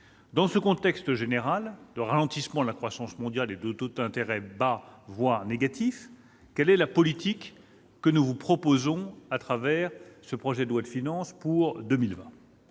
Dans ce contexte général de ralentissement de la croissance mondiale et de taux d'intérêt bas, voire négatifs, quelle est la politique que nous vous proposons à travers le projet de loi de finances pour 2020 ?